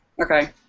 Okay